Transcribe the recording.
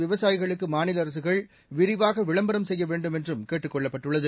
விவசாயிகளுக்கு மாநில அரசுகள் விரிவாக விளம்பரம் செய்ய வேண்டும் என்றும் கேட்டுக் கொள்ளப்பட்டுள்ளது